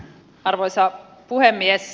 arvoisa puhemies